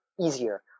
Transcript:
easier